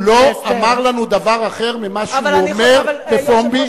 הוא לא אמר לנו דבר אחר ממה שהוא אומר בפומבי,